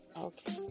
Okay